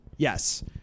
Yes